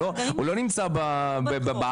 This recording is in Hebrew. הוא לא נמצא באוויר,